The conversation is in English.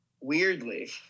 weirdly